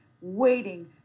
waiting